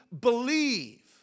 believe